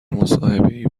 مصاحبهای